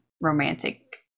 romantic